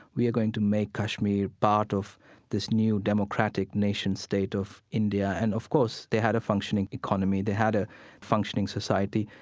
we are going to make kashmir part of this new democratic nation-state of india. and, of course, they had a functioning economy. they had a functioning society,